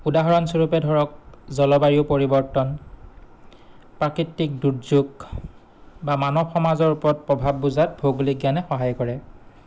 উদাহৰণস্বৰূপে ধৰক জলবায়ু পৰিৱৰ্তন প্ৰাকৃতিক দুৰ্যোগ বা মানৱ সমাজৰ ওপৰত প্ৰভাৱ বুজাত ভৌগোলিক জ্ঞানে সহায় কৰে